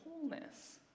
wholeness